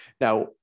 Now